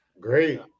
great